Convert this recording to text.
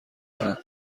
دیدن